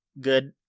good